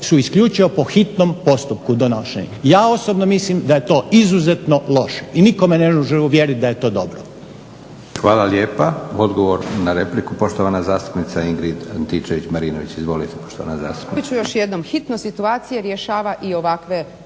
su isključivo po hitnom postupku donošeni. Ja osobno mislim da je to izuzetno loše i nitko me ne može uvjeriti da je to dobro. **Leko, Josip (SDP)** Hvala lijepa. Odgovor na repliku, poštovana zastupnica Ingrid Antičević-Marinović. Izvolite poštovana zastupnice.